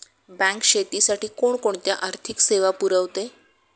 Bank शेतीसाठी कोणकोणत्या आर्थिक सेवा पुरवते?